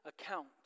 account